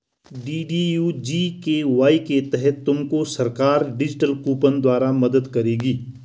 DDU GKY के तहत तुमको सरकार डिजिटल कूपन द्वारा मदद करेगी